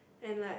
and like